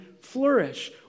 flourish